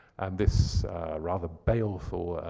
and this rather baleful,